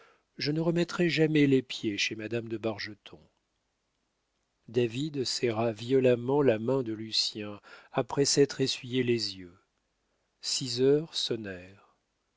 je ne remettrai jamais les pieds chez madame de bargeton david serra violemment la main de lucien après s'être essuyé les yeux six heures